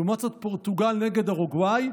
לעומת זאת, פורטוגל נגד אורוגוואי,